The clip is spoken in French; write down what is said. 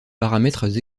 paramètres